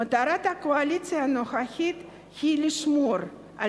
מטרת הקואליציה הנוכחית היא לשמור על